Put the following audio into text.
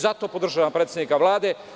Zato podržavam predsednika Vlade.